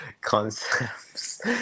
concepts